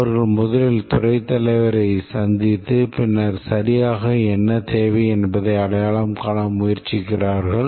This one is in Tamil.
அவர்கள் முதலில் துறைத் தலைவரைச் சந்தித்து பின்னர் சரியாக என்ன தேவை என்பதை அடையாளம் காண முயற்சிக்கிறார்கள்